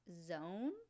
zone